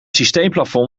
systeemplafond